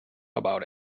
about